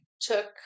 took